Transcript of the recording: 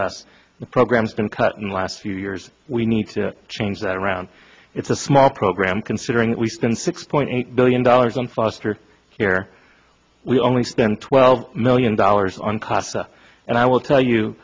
less programs been cut in the last few years we need to change that around it's a small program considering we spend six point eight billion dollars on foster care we only spend twelve million dollars on casa and i will tell you